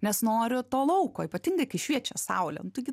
nes noriu to lauko ypatingai kai šviečia saulė nu taigi